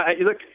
Look